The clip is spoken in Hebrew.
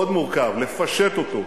מאוד מורכב, לפשט אותו,